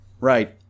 Right